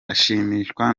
ashimishwa